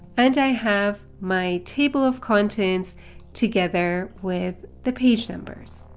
and i have my table of contents together with the page numbers.